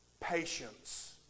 patience